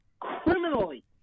criminally